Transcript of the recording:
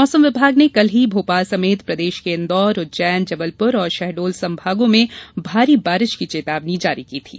मौसम विभाग ने कल ही भोपाल समेत प्रदेश के इंदौर उज्जैन जबलपुर और शहडोल संभाग में भारी बारिश की चेतावनी जारी की थी